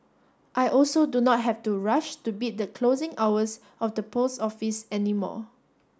I also do not have to rush to beat the closing hours of the post office any more